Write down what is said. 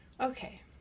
Okay